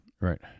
Right